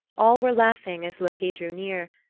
all were laughing as loki drew near,